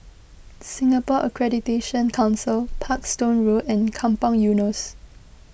Singapore Accreditation Council Parkstone Road and Kampong Eunos